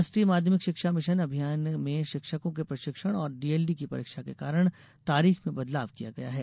राष्ट्रीय माध्यमिक शिक्षा मिशन अभियान में शिक्षकों के प्रशिक्षण और डीएलडी की परीक्षा के कारण तारीख में बदलाव किया गया है